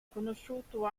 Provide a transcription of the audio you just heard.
conosciuto